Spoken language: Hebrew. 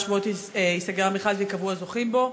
שבועות ייסגר המכרז וייקבעו הזוכים בו.